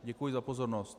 Děkuji za pozornost.